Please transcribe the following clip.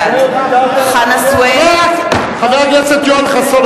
בעד חבר הכנסת יואל חסון,